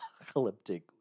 apocalyptic